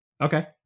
Okay